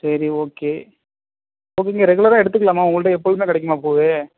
சரி okay okay இங்கே ரெகுலராக எடுத்துக்கலாமா உங்கள்கிட்ட எப்போதுமே கிடைக்குமா பூ